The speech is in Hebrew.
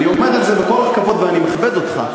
ואני אומר את זה בכל הכבוד ואני מכבד אותך,